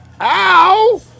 Ow